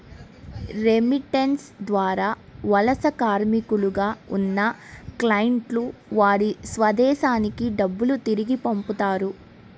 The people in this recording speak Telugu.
రెమిటెన్స్ ద్వారా వలస కార్మికులుగా ఉన్న క్లయింట్లు వారి స్వదేశానికి డబ్బును తిరిగి పంపుతారు